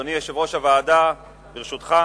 אדוני יושב-ראש הוועדה, ברשותך,